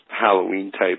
Halloween-type